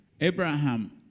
Abraham